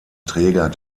träger